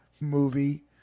movie